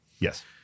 Yes